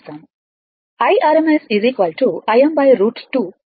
IRMS Im √2 కు సమానం